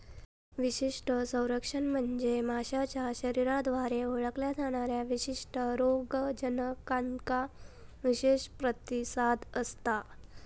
विशिष्ट संरक्षण म्हणजे माशाच्या शरीराद्वारे ओळखल्या जाणाऱ्या विशिष्ट रोगजनकांका विशेष प्रतिसाद असता